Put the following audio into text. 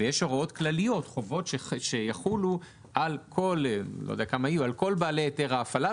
לא הצעתי שיהיה אישור לכל התקנות האלו.